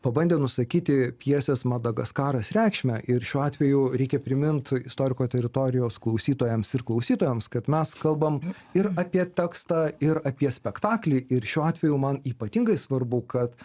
pabandė nusakyti pjesės madagaskaras reikšmę ir šiuo atveju reikia primint istoriko teritorijos klausytojams ir klausytojoms kad mes kalbam ir apie tekstą ir apie spektaklį ir šiuo atveju man ypatingai svarbu kad